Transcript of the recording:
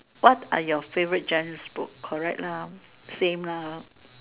what are your favourite gens book correct lah same lah